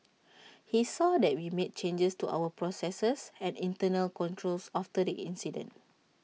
he saw that we made changes to our processes and internal controls after the incident